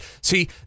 See